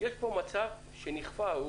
יש פה מצב שנכפה עלינו,